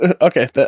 Okay